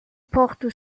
porte